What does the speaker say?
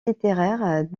littéraires